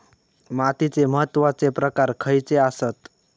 मातीचे महत्वाचे प्रकार खयचे आसत?